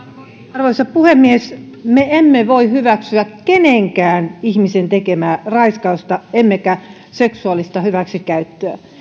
arvoisa puhemies me emme voi hyväksyä kenenkään ihmisen tekemää raiskausta emmekä seksuaalista hyväksikäyttöä